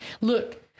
look